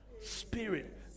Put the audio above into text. Spirit